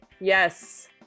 Yes